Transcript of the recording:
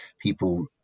People